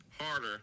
harder